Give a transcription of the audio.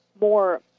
more